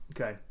okay